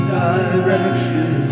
direction